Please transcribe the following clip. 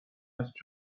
است